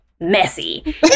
messy